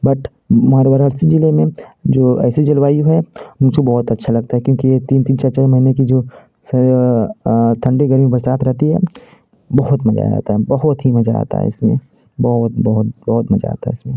but हमारे वाराणसी ज़िले में जो ऐसी जलवायु है मुझे बहुत अच्छा लगता है क्योंकि ये तीन तीन चार चार महीने की जो सर ठंडी गर्मी बरसात रहती है बहुत मज़ा आ जाता है बहुत ही मज़ा आता है इसमें बहुत बहुत बहुत मज़ा आता है इसमें